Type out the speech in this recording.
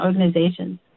organizations